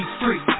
free